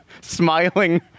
smiling